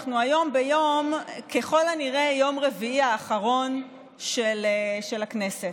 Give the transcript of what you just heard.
אנחנו היום ככל הנראה ביום רביעי האחרון של הכנסת.